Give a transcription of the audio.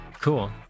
Cool